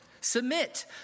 Submit